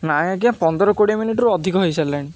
ନାଇଁ ଆଜ୍ଞା ପନ୍ଦର କୋଡ଼ିଏ ମିନିଟରୁ ଅଧିକ ହେଇସାରିଲଣି